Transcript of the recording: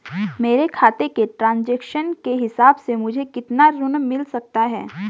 मेरे खाते के ट्रान्ज़ैक्शन के हिसाब से मुझे कितना ऋण मिल सकता है?